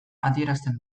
adierazten